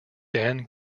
dan